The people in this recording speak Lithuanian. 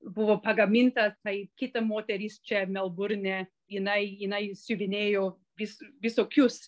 buvo pagaminta tai kita moteris čia melburne jinai jinai siuvinėjo vis visokius